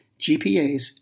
GPAs